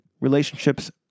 Relationships